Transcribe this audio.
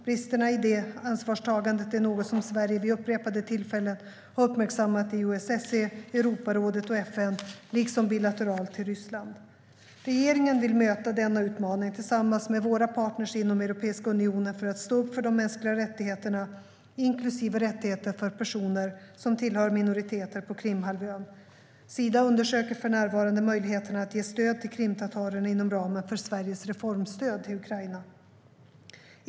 Bristerna i det ansvarstagandet är något som Sverige vid upprepade tillfällen har uppmärksammat i OSSE, Europarådet och FN liksom bilateralt till Ryssland. Regeringen vill möta denna utmaning tillsammans med våra partner inom Europeiska unionen för att stå upp för de mänskliga rättigheterna, inklusive rättigheter för personer som tillhör minoriteter, på Krimhalvön. Sida undersöker för närvarande möjligheterna att ge stöd till krimtatarerna inom ramen för Sveriges reformstöd till Ukraina.